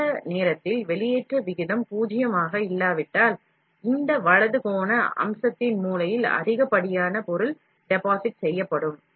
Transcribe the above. அந்த நேரத்தில் வெளியேற்ற விகிதம் பூஜ்ஜியமாக இல்லாவிட்டால் இந்த வலது கோண அம்சத்தின் மூலையில் அதிகப்படியான பொருள் டெபாசிட் செய்யப்படும்